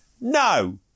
no